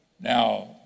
Now